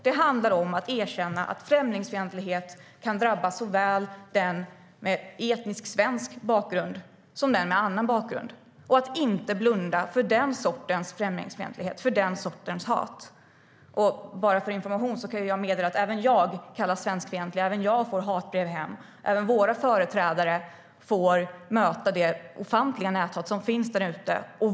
Det handlar om att erkänna att främlingsfientlighet kan drabba såväl den som har etnisk svensk bakgrund som den som har annan bakgrund och om att inte blunda för den sortens främlingsfientlighet och hat. Som information kan jag meddela att även jag kallas svenskfientlig. Även jag får hatbrev hem. Även våra företrädare få möta det ofantliga näthat som finns där ute.